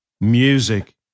music